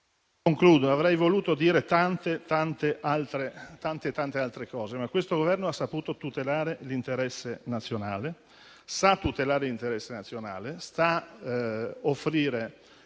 *(FdI)*. Avrei voluto dire tante altre cose. Questo Governo ha saputo tutelare l'interesse nazionale, sa tutelare l'interesse nazionale, sa offrire